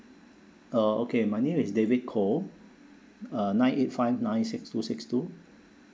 uh okay my name is david koh uh nine eight five nine six two six two